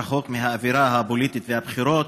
רחוק מהאווירה הפוליטית והבחירות,